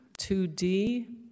2D